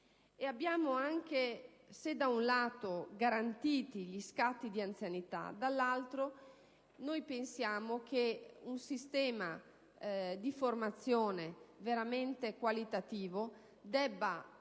Inoltre, se da un lato, abbiamo garantito gli scatti di anzianità, dall'altro pensiamo che un sistema di formazione veramente qualitativo debba